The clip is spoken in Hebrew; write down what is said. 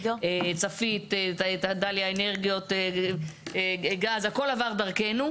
צפית את האנרגיות הגז הכל עבר דרכנו,